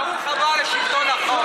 ברוך הבא לשלטון החוק.